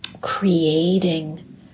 creating